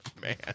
man